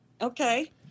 Okay